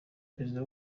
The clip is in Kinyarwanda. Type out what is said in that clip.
perezida